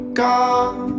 gone